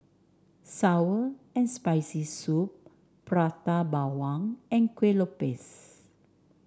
sour and Spicy Soup Prata Bawang and Kueh Lopes